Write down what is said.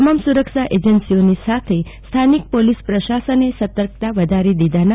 તમામ સુરક્ષા એજન્સીઓની સાથે સ્થાનિક પોલીસ પ્રસાસને સર્તકતા વધારી દીધી છે